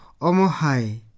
Omohai